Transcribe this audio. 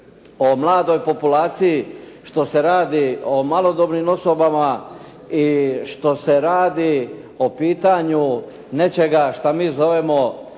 o mladoj populaciji, što se radi o malodobnim osobama i što se radi o pitanju nečega šta mi zovemo